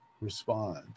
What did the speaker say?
respond